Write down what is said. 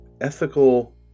ethical